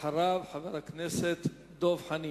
אחריו, חבר הכנסת דב חנין.